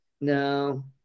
No